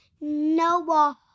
Noah